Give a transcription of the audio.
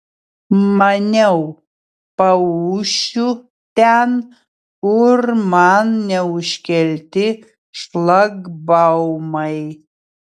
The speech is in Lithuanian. maniau paūšiu ten kur man neužkelti šlagbaumai